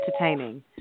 entertaining